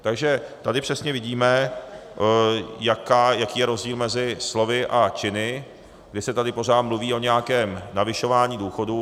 Takže tady přesně vidíme, jaký je rozdíl mezi slovy a činy, kdy se tady pořád mluví o nějakém navyšování důchodů.